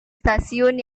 stasiun